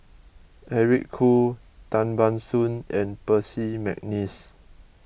Eric Khoo Tan Ban Soon and Percy McNeice